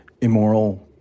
immoral